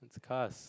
the cast